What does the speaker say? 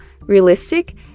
realistic